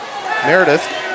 Meredith